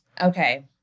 Okay